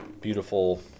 beautiful